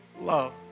love